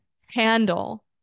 handle